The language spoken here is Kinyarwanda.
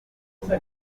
buriya